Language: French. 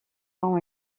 ont